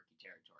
territory